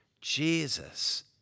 Jesus